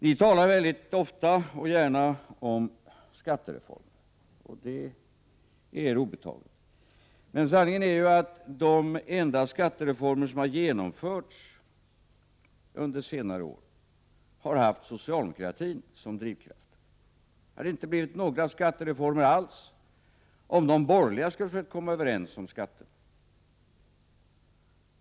Ni talar väldigt ofta och gärna om skattereformer. Det är er obetaget. Sanningen är att de enda skattereformer som genomförts under senare år har haft socialdemokratin som drivkraft. Det hade inte blivit några skattereformer alls om de borgerliga skulle ha försökt komma överens om skatterna.